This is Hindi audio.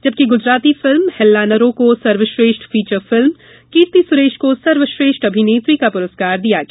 जबकि गुजराती फिल्म हेल्लानरो को सर्वश्रेष्ठ फीचर फिल्म कीर्ति सुरेश को सर्वश्रेष्ठ अभिनेत्री का पुरस्कार दिया गया